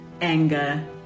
Anger